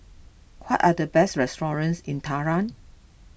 what are the best restaurants in Tehran